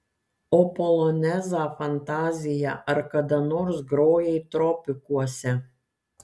o polonezą fantaziją ar kada nors grojai tropikuose